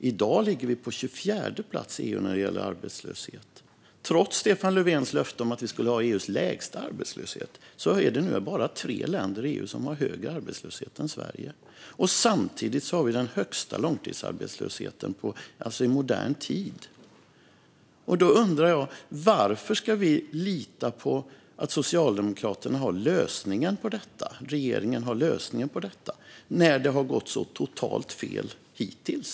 I dag ligger vi på 24:e plats i EU när det gäller arbetslöshet. Trots Stefan Löfvens löfte om att vi skulle ha EU:s lägsta arbetslöshet är det nu bara tre länder i EU som har högre arbetslöshet än Sverige. Samtidigt har vi den högsta långtidsarbetslösheten i modern tid. Därför undrar jag: Varför ska vi lita på att Socialdemokraterna och regeringen har lösningen på detta när det har gått så totalt fel hittills?